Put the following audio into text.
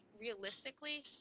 realistically